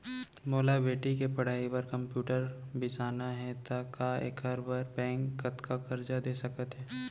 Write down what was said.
मोला बेटी के पढ़ई बार कम्प्यूटर बिसाना हे त का एखर बर बैंक कतका करजा दे सकत हे?